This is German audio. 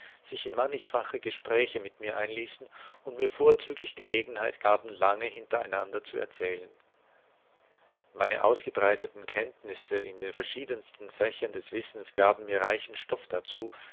sich in mannigfache gespräche mit mir einließen und mir vorzüglich gelegenheit gaben lange hintereinander zu erzählen meine ausgebreiteten kenntnisse in den verschiedensten fächern des wissens gaben mir reichen stoff dazu